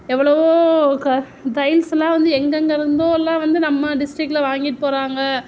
எவ்வளோவோ டைல்ஸுலாம் வந்து எங்கெங்கோ இருந்துலாம் வந்து நம்ம டிஸ்டிக்கில் வாங்கிட்டு போகிறாங்க